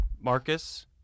Marcus